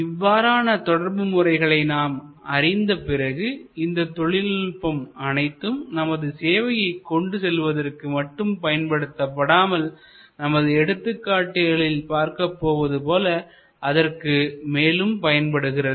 இவ்வாறான தொடர்பு முறைகளை நாம் அறிந்த பிறகு இந்த தொழில்நுட்பம் அனைத்தும் நமது சேவையை கொண்டு செல்வதற்கு மட்டும் பயன்படுத்தப்படாமல் நமது எடுத்துக்காட்டுகளில் பார்க்கப் போவது போல அதற்கு மேலும் பயன்படுகிறது